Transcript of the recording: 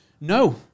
No